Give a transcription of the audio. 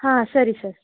ಹಾಂ ಸರಿ ಸರ್